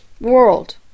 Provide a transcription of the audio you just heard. world